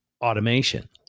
automation